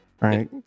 Right